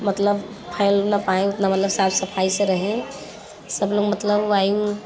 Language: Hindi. मतलब फैल ना पाए उतना मतलब साफ़ सफ़ाई से रहें सब लोग मतलब वहीं